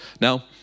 Now